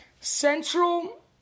Central